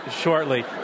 shortly